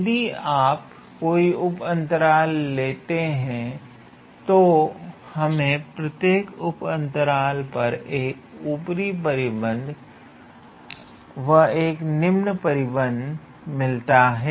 यदि आप कोई उप अंतराल लेते हैं तो हमें प्रत्येक उप अंतराल पर एक ऊपरी परिबद्ध व एक निम्न परिबद्ध मिलता है